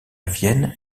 vienne